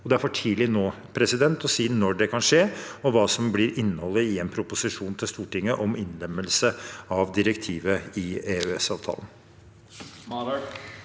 Det er for tidlig nå å si når det kan skje, og hva som blir innholdet i en proposisjon til Stortinget om innlemmelse av direktivet i EØS-avtalen.